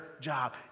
job